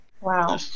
Wow